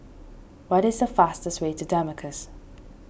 what is the fastest way to Damascus